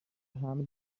حمل